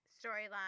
storyline